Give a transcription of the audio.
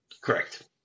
Correct